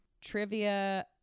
trivia